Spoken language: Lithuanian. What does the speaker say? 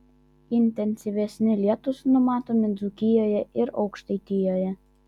intensyvesni lietūs numatomi dzūkijoje ir aukštaitijoje